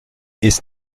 ist